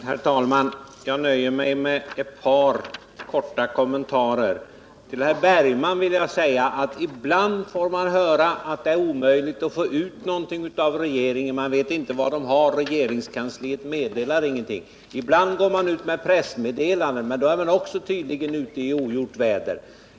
Herr talman! Jag nöjer mig med ett par korta kommentarer. Till Per Bergman vill jag säga följande. Ibland får man höra att det är omöjligt att få ur regeringen någonting, att man inte vet vad den håller på med och att regeringskansliet inte meddelar någonting. Men när regeringen går ut med pressmeddelanden, är den tydligen ute i ogjort väder.